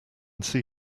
see